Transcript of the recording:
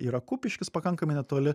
yra kupiškis pakankamai netoli